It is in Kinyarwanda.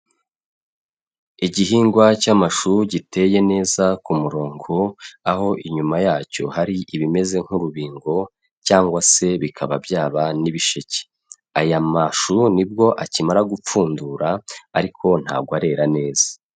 Igihingwa cy'amashu giteye neza ku murongo, aho inyuma yacyo hari ibimeze nk'urubingo cyangwa se bikaba byaba n'ibisheke. Aya mashu ni bwo akimara gupfundura ariko ntabwo arera neza.